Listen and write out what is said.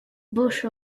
bush